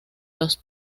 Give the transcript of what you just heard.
los